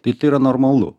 tai yra normalu